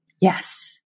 Yes